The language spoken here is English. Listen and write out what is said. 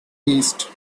east